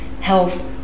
health